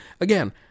Again